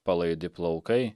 palaidi plaukai